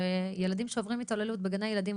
של ילדים שעוברים התעללות בגני ילדים.